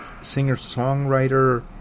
singer-songwriter